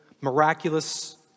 miraculous